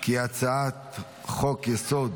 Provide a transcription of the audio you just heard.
כי הצעת חוק-יסוד: